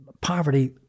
poverty